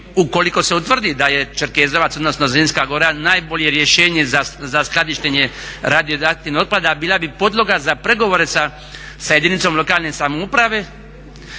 ukoliko se utvrdi da je Čerkezovac odnosno Zrinska gora najbolje rješenje za skladištenje radioaktivnog otpada bila bi podloga za pregovore sa jedinicom lokalne samouprave